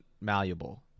malleable